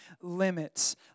limits